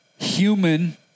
human